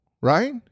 right